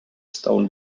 stone